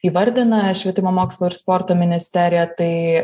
įvardina švietimo mokslo ir sporto ministerija tai